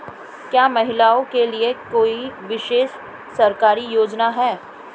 क्या महिलाओं के लिए कोई विशेष सरकारी योजना है?